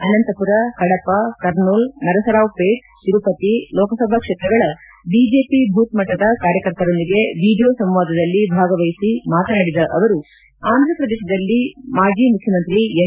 ಅನಂತಪುರ ಕಡಪ ಕರ್ನೂಲ್ ನರಸರಾವ್ಪೇಟ್ ತಿರುಪತಿ ಲೋಕಸಭಾ ಕ್ಷೇತ್ರಗಳ ಬಿಜೆಪಿ ಭೂತ್ಮಟ್ಟದ ಕಾರ್ಯಕರ್ತರೊಂದಿಗೆ ವಿಡಿಯೋ ಸಂವಾದದಲ್ಲಿ ಭಾಗವಹಿಸಿ ಮಾತನಾಡಿದ ಅವರು ಅಂಥಪ್ರದೇಶದಲ್ಲಿ ಮಾಜಿ ಮುಖ್ಯಮಂತ್ರಿ ಎನ್